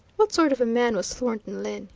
what sort of a man was thornton lyne?